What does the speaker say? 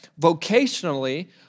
vocationally